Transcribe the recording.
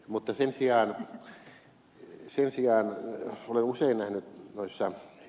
mutta sen sijaan olen usein nähnyt ed